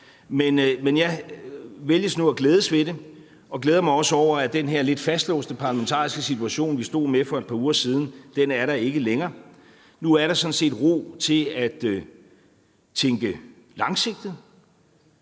men jeg vælger nu at glædes ved det, og jeg glæder mig også over, at den her lidt fastlåste parlamentariske situation, vi stod med for et par uger siden, ikke længere er der. Nu er der sådan set ro til at tænke langsigtet;